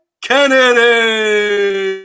Kennedy